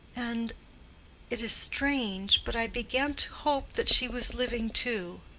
and it is strange but i began to hope that she was living too.